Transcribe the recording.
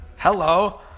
Hello